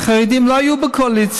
שהחרדים לא היו בה בקואליציה.